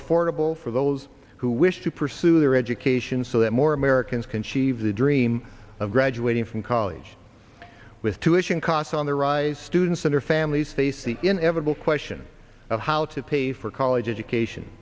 affordable for those who wish to pursue their education so that more americans can sheaves the dream of graduating from college with tuitions costs on the rise students and or families face the inevitable question of how to pay for college education